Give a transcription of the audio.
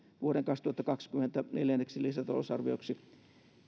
vuoden kaksituhattakaksikymmentä neljänneksi lisätalousarvioksi